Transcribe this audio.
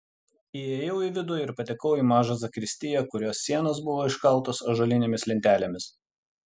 įėjau į vidų ir patekau į mažą zakristiją kurios sienos buvo iškaltos ąžuolinėmis lentelėmis